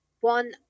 one